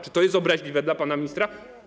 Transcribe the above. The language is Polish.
Czy to jest obraźliwe dla pana ministra?